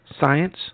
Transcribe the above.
science